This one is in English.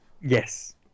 yes